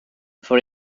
for